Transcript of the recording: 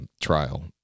trial